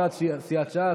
על מכסת סיעת ש"ס.